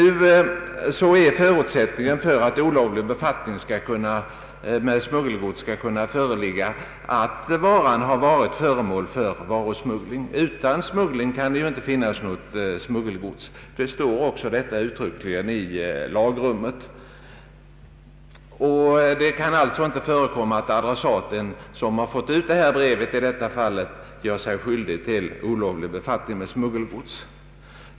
Förutsättningen för att olovlig befatt ning med smuggelgods skall kunna föreligga är att varan varit föremål för varusmuggling. Utan smuggling kan det ju inte finnas något smuggelgods. Detta framgår också uttryckligen av lagrummet. En adressat som får en brevförsändelse med frimärken utan tullbehandling gör sig således inte skyldig till olovlig befattning med smuggelgods.